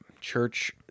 Church